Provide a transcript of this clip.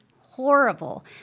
horrible